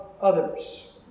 others